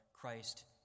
Christ